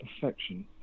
perfection